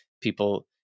people